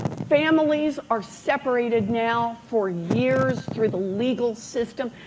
families are separated now for years through the legal system.